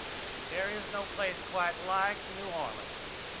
there is no place quite like new orleans.